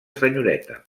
senyoreta